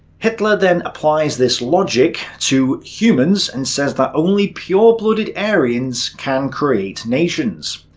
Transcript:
hitler then applies this logic to humans and says that only pure-blooded aryans can create nations.